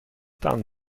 dann